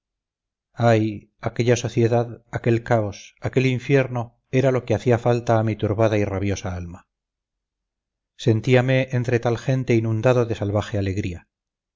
ay aquella sociedad aquel caos aquel infierno era lo que hacía falta a mi turbada y rabiosa alma sentíame entre tal gente inundado de salvaje alegría